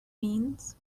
means